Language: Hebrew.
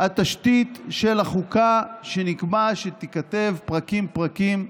התשתית של החוקה, שנקבע שתיכתב פרקים-פרקים,